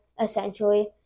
essentially